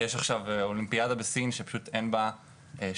יש עכשיו אולימפיאדה בסין שפשוט אין בה שלג,